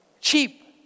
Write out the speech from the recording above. cheap